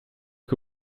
que